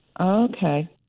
Okay